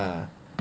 ah